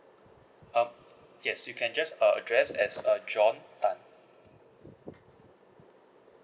um yes you can just uh address as uh john tan